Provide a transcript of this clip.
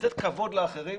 לתת כבוד לאחרים,